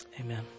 Amen